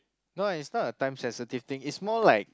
no it's not a time sensitive thing it's more like